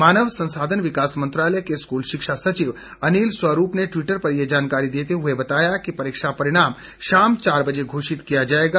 मानव संसाधन विकास मंत्रालय के स्कूल शिक्षा सचिव अनिल स्वरूप ने टयूट्र पर ये जानकारी देते हुए बताया कि परीक्षा परिणाम आज शाम चार बजे घोषित किया जाएगा